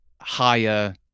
higher